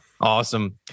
Awesome